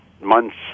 months